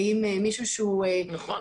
האם מישהו שהוא --- נכון,